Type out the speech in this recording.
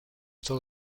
todo